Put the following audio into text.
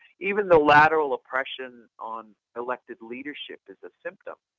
even the lateral oppression on elected leadership is a system.